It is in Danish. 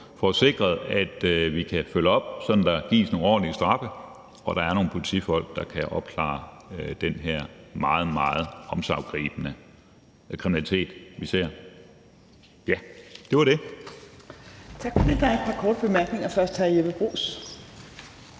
får sikret, at vi kan følge op, sådan at der kan gives nogle ordentlige straffe, og at der er nogle politifolk, der kan opklare den her meget, meget omsiggribende kriminalitet, vi ser. Ja, det var det. Kl. 14:37 Fjerde næstformand (Trine Torp): Tak for det.